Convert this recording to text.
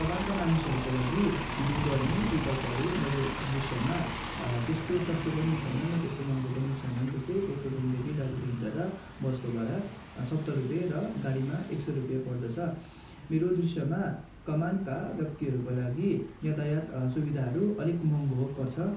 कमानका मानिसहरूको लागि हिँड्डुल गर्ने विकल्पहरू मेरो दृश्यमा त्यस्तो सस्तो पनि छैनन् र त्यस्तो मगँहो पनि छैनन् जस्तै पोख्रेबुङदेखि दार्जिलिङ जाँदा बसको भाडा सत्तर रुपियाँ र गाडीमा एक सौ रुपियाँ पर्दछ मेरो दृश्यमा कमानका व्यक्तिहरूको लागि यातायात सुविधाहरू अलिक महँगो पर्छ